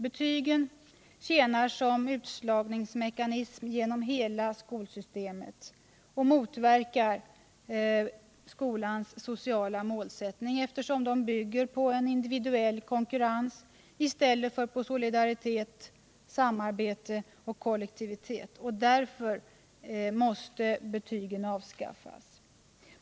Betygen tjänar som utslagningsmekanism genom hela skolsystemet och motverkar skolans sociala målsättning, eftersom de bygger på en individuell konkurrens i stället för på solidaritet, samarbete och kollektivitet. Därför måste betygen avskaffas.